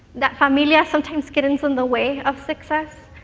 that familia sometimes gets in the way of success.